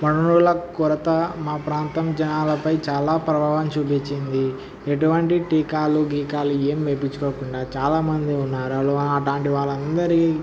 వనరుల కొరత మా ప్రాంతం జనాలపై చాలా ప్రభావం చూపించింది ఎటువంటి టీకాలు గీకాలు ఏమి వేయించుకోకుండా చాలామంది ఉన్నారు అటువంటి వాళ్ళందరి